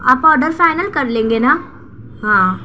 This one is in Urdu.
آپ آڈر فائنل کرلیں گے نا ہاں